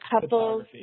couples